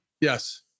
Yes